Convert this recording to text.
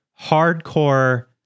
hardcore